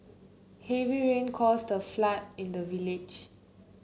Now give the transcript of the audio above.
heavy rain caused a flood in the village